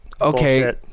Okay